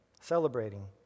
celebrating